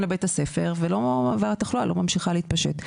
לבית הספר והתחלואה לא ממשיכה להתפשט.